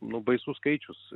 nu baisus skaičius